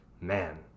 man